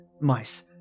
Mice